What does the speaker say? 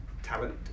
talent